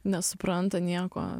nesupranta nieko